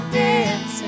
dancing